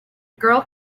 girl